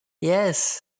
Yes